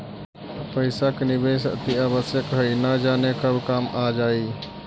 पइसा के निवेश अतिआवश्यक हइ, न जाने कब काम आ जाइ